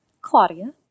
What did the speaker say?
Claudia